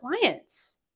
clients